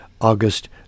August